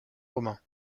romain